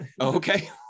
Okay